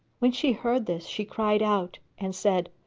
when she heard this, she cried out and said,